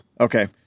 Okay